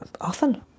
often